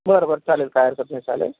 बरं बरं चालेल काही हरकत नाही चालेल